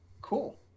Cool